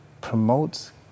promotes